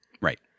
Right